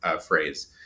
phrase